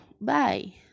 Bye